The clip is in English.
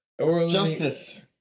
Justice